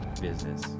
business